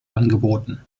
angeboten